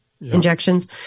injections